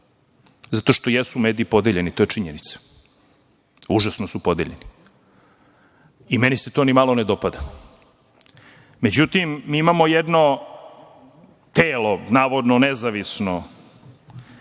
zato što jesu mediji podeljeni. To je činjenica. Užasno su podeljeni i meni se nimalo ne dopada. Međutim, mi imamo jedno telo, navodno nezavisno,